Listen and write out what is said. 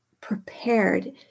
prepared